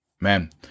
Man